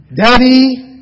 daddy